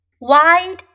Wide